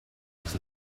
els